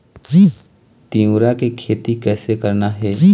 तिऊरा के खेती कइसे करना हे?